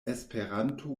esperanto